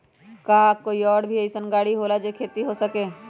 का कोई और भी अइसन और गाड़ी होला जे से खेती हो सके?